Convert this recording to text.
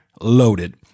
loaded